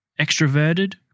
extroverted